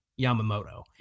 Yamamoto